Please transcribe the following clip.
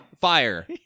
Fire